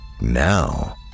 Now